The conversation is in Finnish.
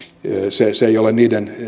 se se ei ole niiden